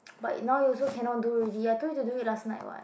but now you also cannot do really I told you to do it last night [what]